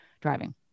driving